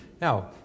Now